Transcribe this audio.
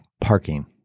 Parking